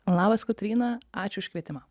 labas kotryna ačiū už kvietimą